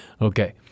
Okay